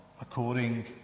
according